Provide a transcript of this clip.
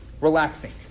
relaxing